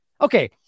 Okay